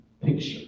picture